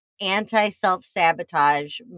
anti-self-sabotage